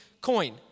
coin